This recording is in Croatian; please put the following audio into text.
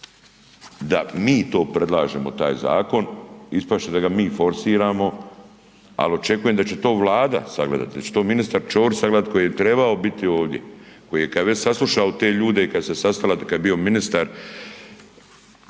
da mi to predlažemo taj zakon, ispast će da ga mi forsiramo, ali očekujem da će to Vlada sagledati, da će to ministar Ćorić sagledati koji je trebao biti ovdje, koji je već saslušao te ljude i kada su se sastali kada je bio ministar